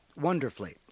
wonderfully